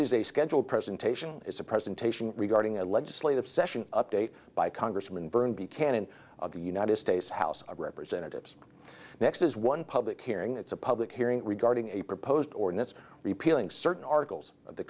a schedule presentation is a presentation regarding a legislative session update by congressman vern be cannon of the united states house of representatives next as one public hearing that's a public hearing regarding a proposed ordinance repealing certain articles